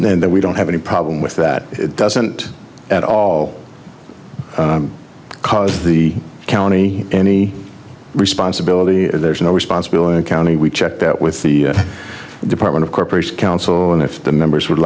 and then that we don't have any problem with that it doesn't at all cause the county any responsibility there's no responsibility of county we checked that with the department of corporation council and if the members would